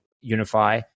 unify